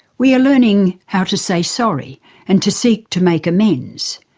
we are learning how to say sorry and to seek to make amends.